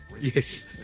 Yes